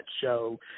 show